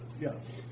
yes